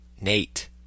Nate